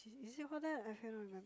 is it call that I cannot remember